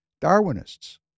Darwinists